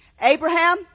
Abraham